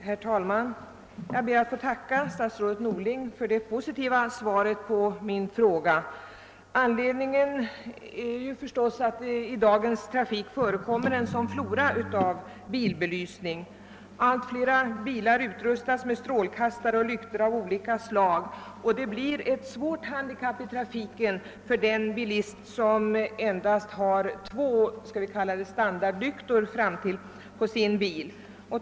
Herr talman! Jag ber att få tacka statsrådet Norling för det positiva svaret på min fråga. Anledningen till frågan är förstås att det i dagens trafik förekommer en flora av bilbelysningar. Allt flera bilar utrustas med strålkastare och lyktor av olika slag, och det blir ett svårt handikapp i trafiken för den bilist som endast har två vad jag skulle vilja kalla standardlyktor fram till på sin bil.